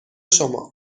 شما